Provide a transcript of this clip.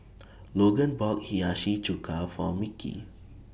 Logan bought Hiyashi Chuka For Mickie